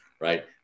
right